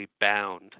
bound